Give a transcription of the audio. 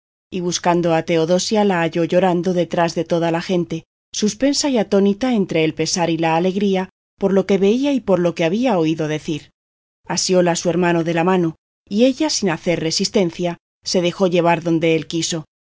y buscando a teodosia la halló llorando detrás de toda la gente suspensa y atónita entre el pesar y la alegría por lo que veía y por lo que había oído decir asióla su hermano de la mano y ella sin hacer resistencia se dejó llevar donde él quiso